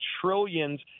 trillions